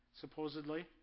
supposedly